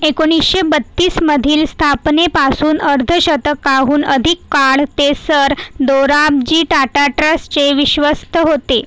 एकोणिसशे बत्तीसमधील स्थापनेपासून अर्धशतकाहून अधिक काळ ते सर दोराबजी टाटा ट्रसचे विश्वस्त होते